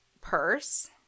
purse